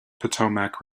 potomac